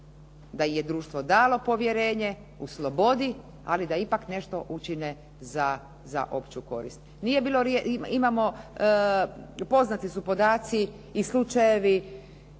im je društvo dalo povjerenje u slobodi, ali da ipak nešto učine za opću korist. Nije bilo, imamo, poznati su podaci i slučajevi